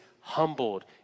humbled